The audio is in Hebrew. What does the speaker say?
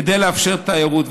כדי לאפשר תיירות,